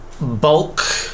bulk